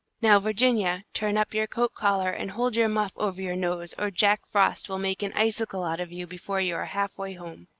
now, virginia, turn up your coat collar and hold your muff over your nose, or jack frost will make an icicle out of you before you are half-way home.